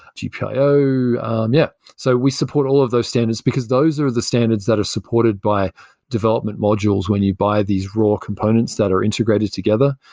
gpio. yeah. so we support all of those standards, because those are the standards that are supported by development modules when you buy these raw components that are integrated together,